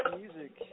music